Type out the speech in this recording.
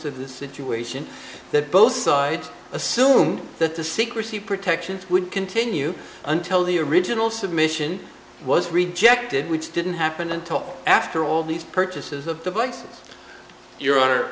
of the situation that both sides assume that the secrecy protections would continue until the original submission was rejected which didn't happen until after all these purchases of devices your honor